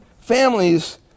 families